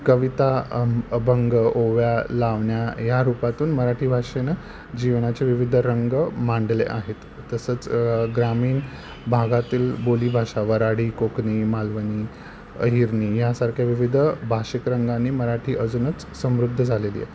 कविता अभंग ओव्या लावण्या या रूपातून मराठी भाषेनं जीवनाचे विविध रंग मांडले आहेत तसंच ग्रामीण भागातील बोलीभाषा वऱ्हाडी कोकणी मालवणी अहिराणी यासारख्या विविध भाषिक रंगांनी मराठी अजूनच समृद्ध झालेली आहे